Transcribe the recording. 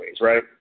right